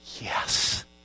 Yes